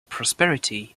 prosperity